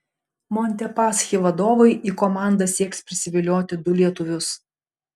montepaschi vadovai į komandą sieks prisivilioti du lietuvius